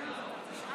רבותיי,